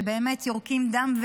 שבאמת יורקים דם,